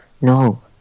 No